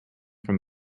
from